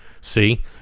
See